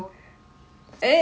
ரொம்ப:romba drama lah